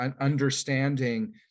understanding